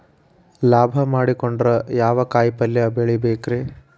ಲಾಭ ಮಾಡಕೊಂಡ್ರ ಯಾವ ಕಾಯಿಪಲ್ಯ ಬೆಳಿಬೇಕ್ರೇ?